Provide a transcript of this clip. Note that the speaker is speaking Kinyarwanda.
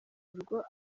rugo